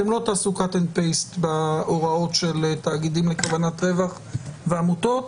אתם לא תעשו העתק-הדבק בהוראות של תאגידים לכוונת רווח ועמותות.